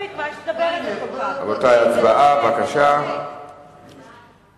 שבעה בעד, שמונה